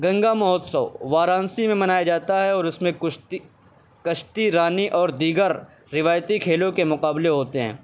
گنگا مہوتسو وارانسی میں منایا جاتا ہے اور اس میں کشتی کشتی رانی اور دیگر روایتی کھیلوں کے مقابلے ہوتے ہیں